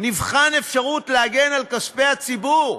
נבחן אפשרות להגן על כספי הציבור,